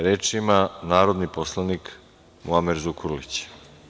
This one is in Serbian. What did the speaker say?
Reč ima narodni poslanik Muamer Zukorlić.